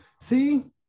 See